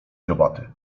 dziobaty